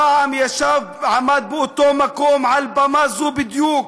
פעם עמד באותו מקום, על במה זו בדיוק,